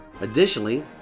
Additionally